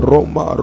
Roma